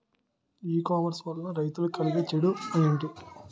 ఈ కామర్స్ వలన రైతులకి కలిగే చెడు ఎంటి?